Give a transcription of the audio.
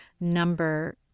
number